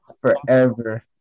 forever